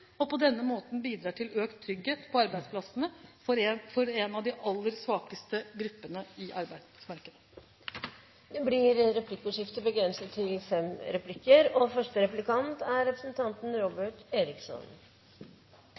og på denne måten bidrar til økt trygghet på arbeidsplassene for en av de aller svakeste gruppene i arbeidsmarkedet. Det blir replikkordskifte. Statsråden var innom i sitt innlegg – og